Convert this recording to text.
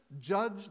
judge